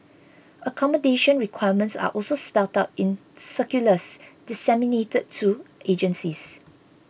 accommodation requirements are also spelt out in circulars disseminated to agencies